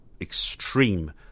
extreme